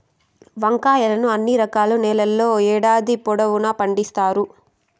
వంకాయలను అన్ని రకాల నేలల్లో ఏడాది పొడవునా పండిత్తారు